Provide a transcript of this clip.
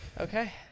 Okay